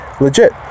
legit